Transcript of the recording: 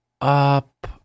up